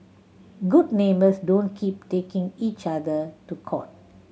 good neighbours don't keep taking each other to court